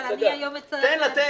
אבל אני היום אצטרך להצביע על הכול,